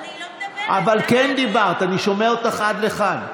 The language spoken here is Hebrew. את כן דיברת, אני שומע אותך עד לכאן.